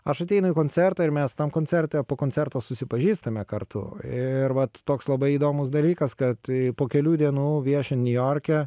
aš ateinu į koncertą ir mes tam koncerte po koncerto susipažįstame kartu ir vat toks labai įdomus dalykas kad po kelių dienų viešint niujorke